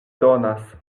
donas